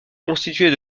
constituée